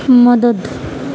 مدد